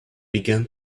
began